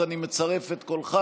אז אני מצרף את קולך.